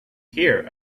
here